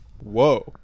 Whoa